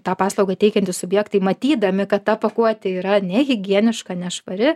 tą paslaugą teikiantys subjektai matydami kad ta pakuotė yra nehigieniška nešvari